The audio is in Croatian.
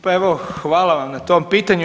Pa evo hvala vam na tom pitanju.